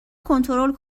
کنترل